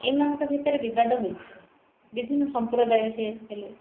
ଏମାନଙ୍କ ଭିତରେ ବିବାଦ ହୋଇଥାଏ ବିଭିନ୍ନ ସମ୍ପ୍ରଦାୟ ସେ ହେଲେ